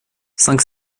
cinq